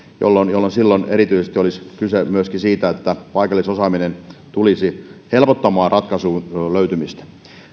jolloin jolloin erityisesti olisi kyse siitä että paikallisosaaminen tulisi helpottamaan ratkaisun löytymistä